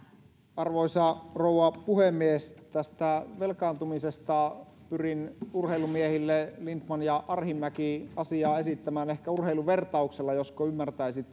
arvoisa rouva puhemies tästä velkaantumisesta pyrin urheilumiehille lindtman ja arhinmäki asiaa esittämään ehkä urheiluvertauksella josko ymmärtäisitte asian